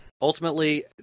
ultimately